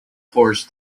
horse